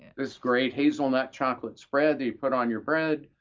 this great hazelnut-chocolate spread that you put on your bread